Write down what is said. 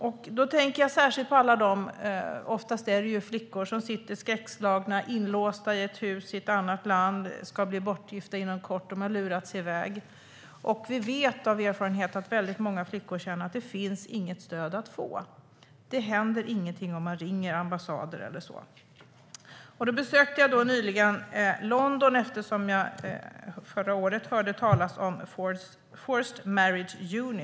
Jag tänker särskilt på alla dem, oftast flickor, som lurats iväg, som sitter skräckslagna och inlåsta i ett hus i ett annat land och inom kort ska bli bortgifta. Vi vet av erfarenhet att många flickor känner att det inte finns något stöd att få. Det händer ingenting om de ringer exempelvis ambassaden. Eftersom jag förra året hörde talas om Forced Marriage Unit besökte jag nyligen London.